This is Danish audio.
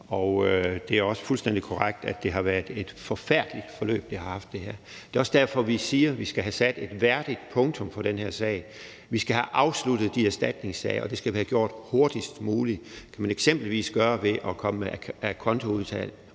og det er jo også fuldstændig korrekt, at det har været et forfærdeligt forløb. Det er også derfor, vi siger, at vi skal have sat et værdigt punktum. Vi skal have afsluttet de erstatningssager, og det skal vi have gjort hurtigst muligt. Det kan man eksempelvis gøre ved at komme med a